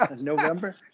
November